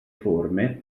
forme